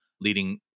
leading